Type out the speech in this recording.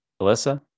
Alyssa